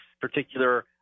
particular